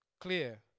clear